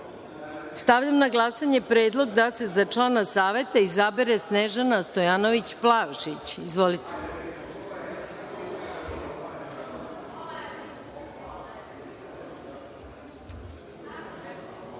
poslanik. Stavljam na glasanje Predlog, da se za člana Saveta izabere Snežana Stojanović Plavšić.